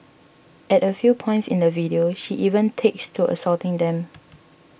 at a few points in the video she even takes to assaulting them